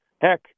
Heck